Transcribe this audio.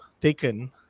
taken